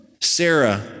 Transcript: Sarah